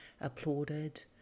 applauded